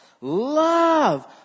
love